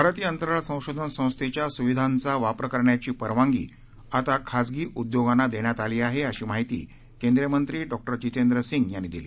भारतीय अंतराळ संशोधन संस्थेच्या सुविधांचा वापर करण्याची परवानगी आता खाजगी उद्योगांना देण्यात आली आहे अशी माहिती केंद्रीय मंत्री डॉक्टर जितेंद्र सिंग यांनी दिली